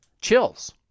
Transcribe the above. chills